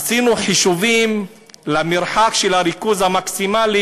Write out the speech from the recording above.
עשינו חישובים של המרחק מהריכוז המקסימלי